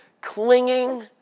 clinging